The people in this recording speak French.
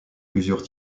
plusieurs